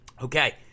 okay